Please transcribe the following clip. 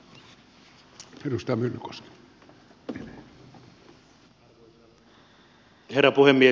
arvoisa herra puhemies